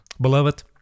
Beloved